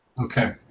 Okay